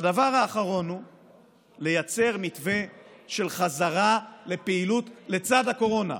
והדבר האחרון הוא לייצר מתווה של חזרה לפעילות לצד הקורונה,